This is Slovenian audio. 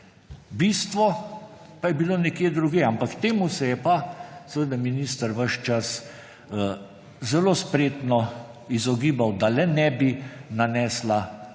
Bistvo pa je bilo nekje drugje, ampak temu se je pa seveda minister ves čas zelo spretno izogibal, da le ne bi nanesla